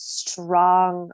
strong